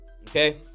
Okay